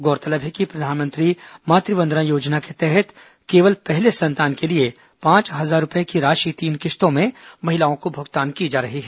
गौरतलब है कि प्रधानमंत्री मातृ वन्दना योजना के तहत केवल पहले संतान के लिए पांच हजार रूपए की राशि तीन किश्तों में महिलाओं को भुगतान की जा रही है